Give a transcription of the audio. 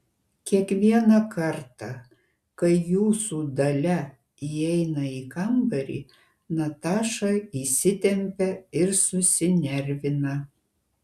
kiekvieną kartą kai jūsų dalia įeina į kambarį nataša įsitempia ir susinervina